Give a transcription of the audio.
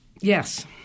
Yes